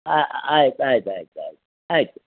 ಹಾಂ ಆಯ್ತು ಆಯ್ತು ಆಯ್ತು ಆಯ್ತು ಆಯಿತು